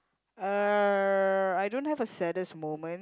uh I don't have a saddest moment